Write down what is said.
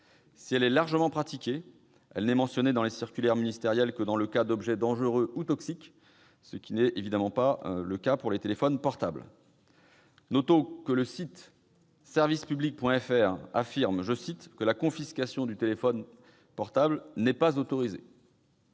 Si elle est largement pratiquée, elle n'est mentionnée dans les circulaires ministérielles que dans le cas d'objets dangereux ou toxiques, ce que ne sont évidemment pas les téléphones portables. Notons qu'il est écrit, sur le site service-public.fr, que « la confiscation du téléphone portable n'est pas autorisée